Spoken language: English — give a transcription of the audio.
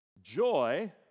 joy